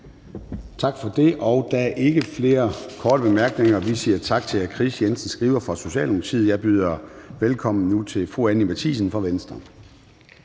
Tak for det. Der er ikke flere korte bemærkninger. Vi siger tak til hr. Kris Jensen Skriver fra Socialdemokratiet. Jeg byder nu velkommen til fru Anni Matthiesen fra Venstre.